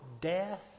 death